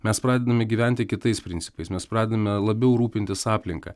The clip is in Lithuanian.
mes pradedame gyventi kitais principais mes pradedame labiau rūpintis aplinka